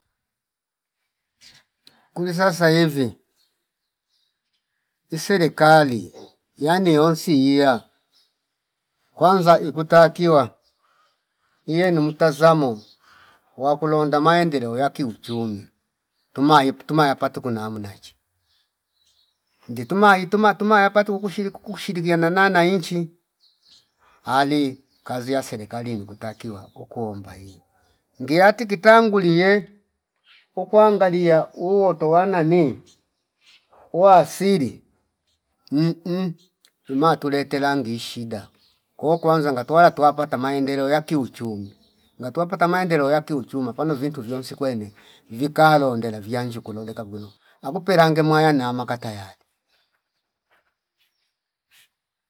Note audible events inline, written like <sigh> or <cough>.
<noise> Kuliza saivi iserekali <noise> yani yonsi iya kwanza ikutakiwa iye ni mutazamo wakulonda maendeleo ya kiuchumi tumaip tuma yapatu kuna munachi ngituma ituma tuma yapatu kukushiru kukushirikiana na- na nchi ali kazi ya serikali ni kutakiwa ukuomba iii ngiyati kitangulie ukwangalia uoto wa nani uwasili mhh tuma tule tela ngi shida ko kwanza ngatwala tuwapata maendeleo ya kiuchumi ngatuwa pata maendeleo ya kiuchuma pano vintu viyonsi kwene vika londela viyanji kuloleka kwino akupelange mwaya nama katayari <noise>